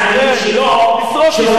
שרוצים לגרש,